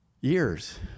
years